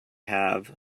have